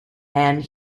and